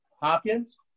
Hopkins